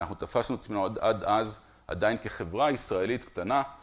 אנחנו תפשנו את עצמנו עד אז עדיין כחברה ישראלית קטנה.